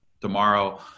tomorrow